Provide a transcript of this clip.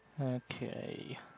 Okay